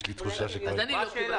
יש לי תחושה שכבר --- אז אני לא קיבלתי.